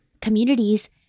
communities